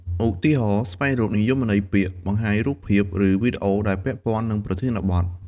ឧទាហរណ៍ ស្វែងរកនិយមន័យពាក្យ បង្ហាញរូបភាព ឬវីដេអូដែលពាក់ព័ន្ធនឹងប្រធានបទ។